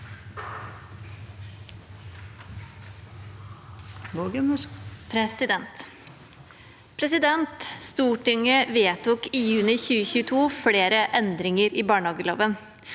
Stortinget vedtok i juni 2022 flere endringer i barnehageloven.